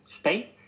state